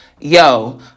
yo